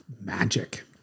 magic